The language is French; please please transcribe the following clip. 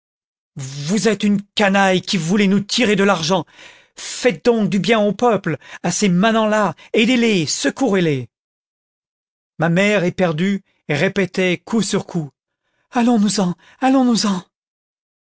vous êtes une canaille qui voulez nous tirer de l'argent faites donc du bien au peuple à ces manants là aidez les secourez les ma mère éperdue répétait coup sur coup allons-nous-en allons-nous-en